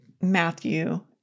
Matthew